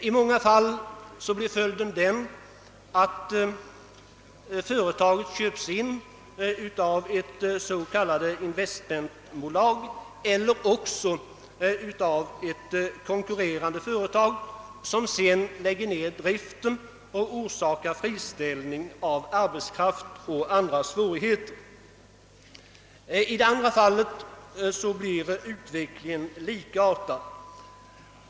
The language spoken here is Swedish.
I många fall blir följden att företaget köps in av ett s.k. investmentbolag eller av ett konkurrerande företag, som sedan lägger ned driften och orsakar friställning av arbetskraft och andra svårigheter. I det andra fallet blir utvecklingen likartad.